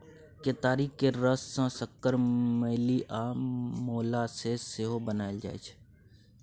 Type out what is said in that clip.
केतारी केर रस सँ सक्कर, मेली आ मोलासेस सेहो बनाएल जाइ छै